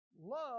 Love